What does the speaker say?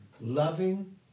Loving